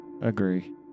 agree